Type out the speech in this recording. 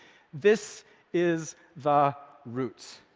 this is the root.